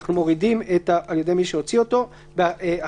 על ידי מי שהוציא אותו -- אנחנו מורידים את "על ידי מי שהוציא